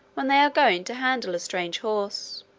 when they are going to handle a strange horse.